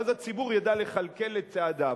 ואז הציבור ידע לכלכל את צעדיו.